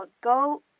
go